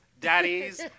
daddies